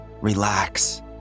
relax